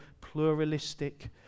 pluralistic